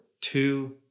two